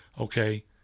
Okay